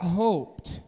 hoped